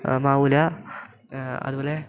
മാവില്ല അതുപോലെ